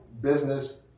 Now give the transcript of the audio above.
business